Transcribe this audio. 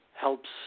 Helps